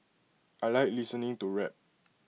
I Like listening to rap